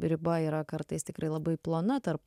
riba yra kartais tikrai labai plona tarp